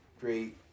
great